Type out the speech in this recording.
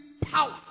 power